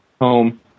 home